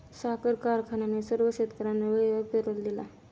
साखर कारखान्याने सर्व शेतकर्यांना वेळेवर पेरोल दिला